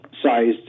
sized